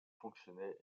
fonctionner